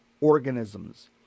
organisms